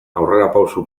aurrerapauso